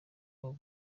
abo